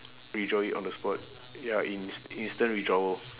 withdraw it on the spot ya ins~ instant withdrawal